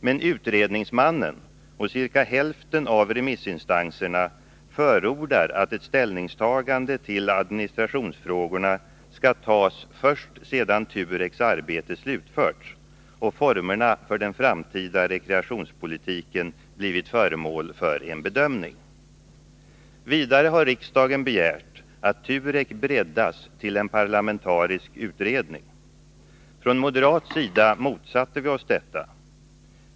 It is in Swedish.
Men utredningsmannen och ca hälften av remissinstanserna förordar att ställning till administrationsfrågorna skall tas först sedan TUREK:s arbete slutförts och formerna för den framtida rekreationspolitiken blivit föremål för en bedömning. Vidare har riksdagen begärt att TUREK skall breddas till en parlamentarisk utredning. Från moderat sida motsatte vi oss detta.